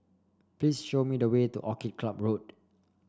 please show me the way to Orchid Club Road